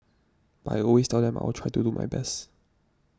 but I always tell them I will try to do my best